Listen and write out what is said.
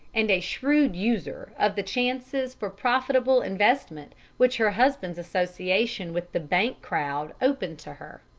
and a shrewd user of the chances for profitable investment which her husband's association with the bank crowd opened to her.